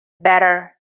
better